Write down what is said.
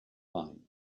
line